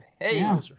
hey